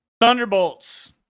Thunderbolts